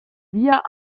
wir